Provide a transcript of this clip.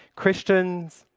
christians,